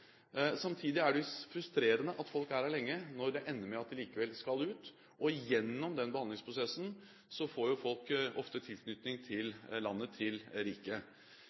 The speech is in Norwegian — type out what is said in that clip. Samtidig er det frustrerende at folk er her lenge når det ender med at de likevel skal ut, og gjennom den behandlingsprosessen får folk ofte tilknytning til landet, til